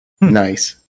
Nice